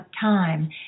time